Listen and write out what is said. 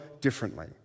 differently